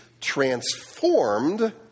transformed